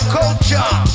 Culture